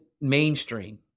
mainstream